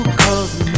cause